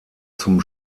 zum